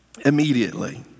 immediately